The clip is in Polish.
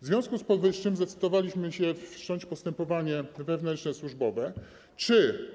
W związku z powyższym zdecydowaliśmy się wszcząć postępowanie wewnętrzne służbowe, czy.